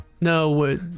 No